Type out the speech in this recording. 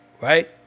right